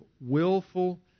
willful